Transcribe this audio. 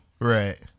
Right